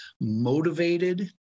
motivated